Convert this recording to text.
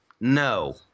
No